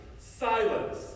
silence